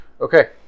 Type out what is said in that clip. Okay